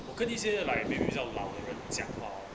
我跟一些 like 比较老的人讲话 orh